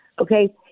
Okay